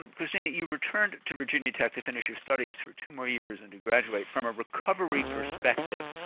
um kristina, you returned to virginia tech to finish your studies for two more years and to graduate. from a recovery perspective,